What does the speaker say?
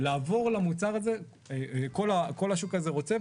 כל השוק הזה רוצה,